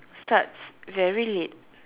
starts very late